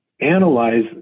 analyze